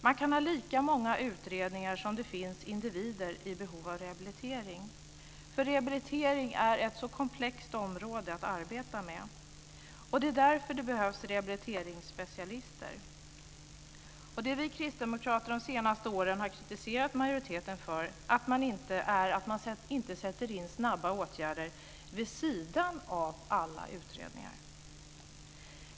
Man kan ha lika många utredningar som det finns individer i behov av rehabilitering, eftersom rehabilitering är ett så komplext område att arbeta med. Det är därför det behövs rehabiliteringsspecialister. Det vi kristdemokrater de senaste åren har kritiserat majoriteten för är att man inte sätter in snabba åtgärder vid sidan av alla utredningar.